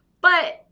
But-